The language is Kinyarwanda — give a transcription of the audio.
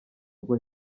rwo